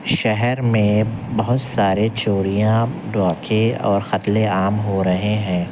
شہر میں بہت سارے چوریاں ڈاکے اور قتل عام ہو رہے ہیں